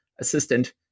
assistant